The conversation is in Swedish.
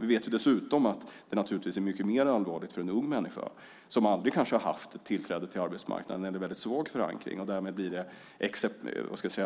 Vi vet dessutom att det är mer allvarligt för en ung människa som aldrig har haft tillträde till eller har en svag förankring på arbetsmarknaden, och det blir